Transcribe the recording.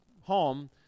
home